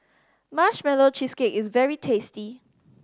Marshmallow Cheesecake is very tasty